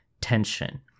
tension